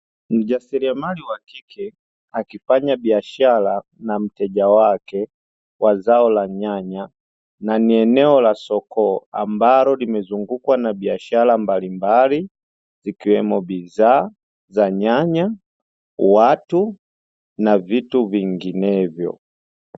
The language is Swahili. Mjasiriamali wa kike akifanya biashara na mteja wake, wa zao la nyanya na ni eneo la soko ambalo limezungukwa na biashara mbalimbali, zikiwemo bidhaa za nyanya, watu na vitu vinginevyo.